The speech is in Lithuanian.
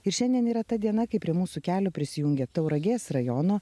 ir šiandien yra ta diena kai prie mūsų kelio prisijungia tauragės rajono